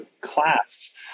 class